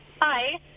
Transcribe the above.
Hi